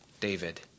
David